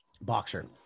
boxer